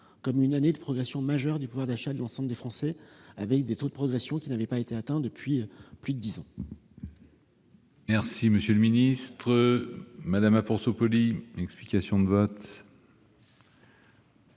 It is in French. comme une année de progression majeure du pouvoir d'achat de l'ensemble des Français, avec des taux de progression qui n'avaient pas été atteints depuis plus de dix ans. La parole est à Mme Cathy Apourceau-Poly, pour explication de vote.